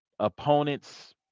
opponents